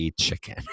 chicken